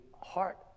heart